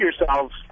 yourselves